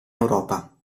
europa